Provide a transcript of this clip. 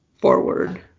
forward